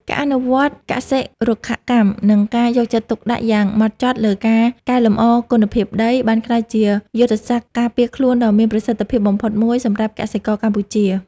ការអនុវត្តកសិ-រុក្ខកម្ម និងការយកចិត្តទុកដាក់យ៉ាងហ្មត់ចត់លើការកែលម្អគុណភាពដី បានក្លាយជាយុទ្ធសាស្ត្រការពារខ្លួនដ៏មានប្រសិទ្ធភាពបំផុតមួយសម្រាប់កសិករកម្ពុជា។